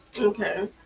okay